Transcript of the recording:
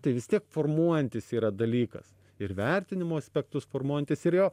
tai vis tiek formuojantis yra dalykas ir vertinimo aspektus formuojantis ir jo